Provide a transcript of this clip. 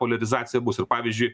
poliarizacija bus ir pavyzdžiui